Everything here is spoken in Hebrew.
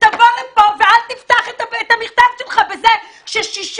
תבוא לפה ואל תפתח את המכתב שלך בזה ש-60